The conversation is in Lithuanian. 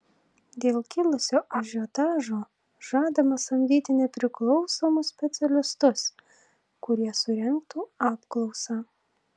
dėl kilusio ažiotažo žadama samdyti nepriklausomus specialistus kurie surengtų apklausą